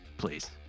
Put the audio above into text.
Please